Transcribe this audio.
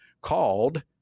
called